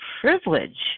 privilege